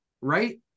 right